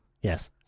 Yes